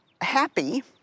happy